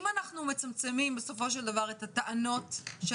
אם אנחנו מצמצמים את הטענות בסופו של